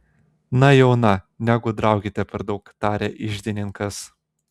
na jau na negudraukite per daug tarė iždininkas